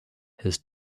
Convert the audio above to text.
his